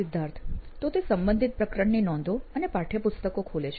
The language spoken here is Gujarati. સિદ્ધાર્થ તો તે સંબંધિત પ્રકરણની નોંધો અને પાઠ્યપુસ્તકો ખોલે છે